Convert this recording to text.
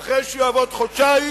ואחרי שהוא יעבוד חודשיים,